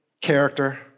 character